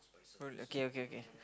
no okay okay okay